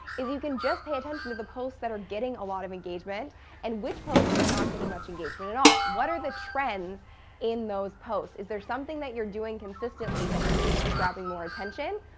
is you can just pay attention to the posts that are getting a lot of engagement and which posts are not getting much engagement at all. what are the trends in those posts? is there something that you're doing consistently that seems to be grabbing more attention?